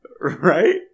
Right